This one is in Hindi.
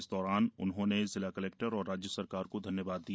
इस दौरान उन्होंने जिला कलेक्टर और राज्य सरकार को धन्यवाद दिया